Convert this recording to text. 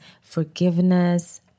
forgiveness